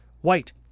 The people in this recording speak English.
White